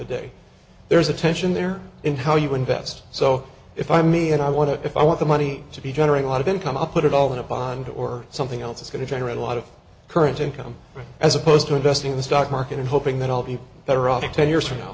the day there is a tension there in how you invest so if i me and i want to if i want the money to be generate a lot of income up put it all in a bond or something else it's going to generate a lot of current income as opposed to investing in the stock market and hoping that i'll be better off ten years from now